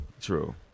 true